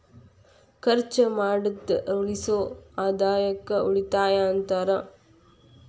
ಖರ್ಚ್ ಮಾಡ್ದ ಉಳಿಸೋ ಆದಾಯಕ್ಕ ಉಳಿತಾಯ ಅಂತಾರ